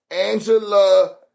Angela